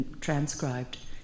transcribed